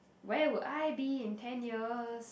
where would I be in ten years